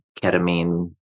ketamine